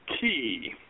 key